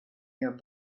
your